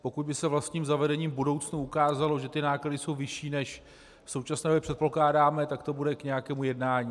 Pokud by se vlastním zavedením v budoucnu ukázalo, že náklady jsou vyšší, než v současné době předpokládáme, tak to bude k nějakému jednání.